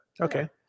Okay